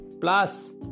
plus